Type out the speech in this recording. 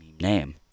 Name